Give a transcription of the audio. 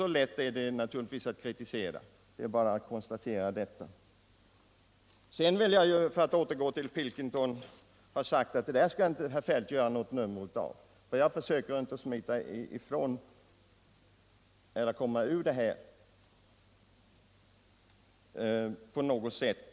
Så lätt är det att kritisera och vara efterklok: det är bara att konstatera det. För att sedan återgå till Pilkington vill jag ha sagt att den saken skall herr Feldt inte göra något nummer av. Jag har inte här försökt att komma ifrån någonting.